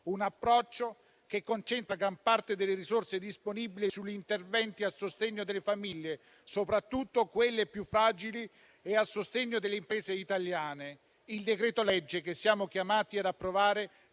Un approccio che concentra gran parte delle risorse disponibili sugli interventi a sostegno delle famiglie, soprattutto quelle più fragili, e a sostegno delle imprese italiane. Il decreto-legge che siamo chiamati ad approvare